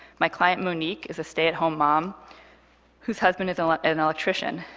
my client monique is a stay-at-home mom whose husband is and like and an electrician.